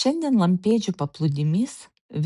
šiandien lampėdžių paplūdimys